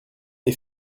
est